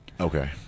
Okay